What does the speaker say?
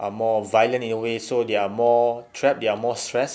are more violent in a way so they are more trapped they are more stressed